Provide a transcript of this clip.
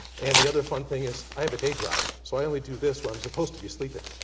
and the other fun thing is i have a day job. so i only do this when i'm supposed to be sleeping.